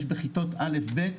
יש בכיתות א'-ב',